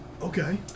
Okay